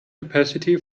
capacity